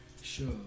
Sure